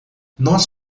nós